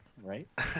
Right